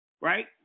Right